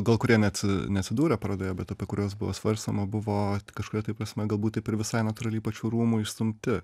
gal kurie net neatsidūrė parodoje bet apie kuriuos buvo svarstoma buvo kažkuria tai prasme galbūt taip ir visai natūraliai pačių rūmų išstumti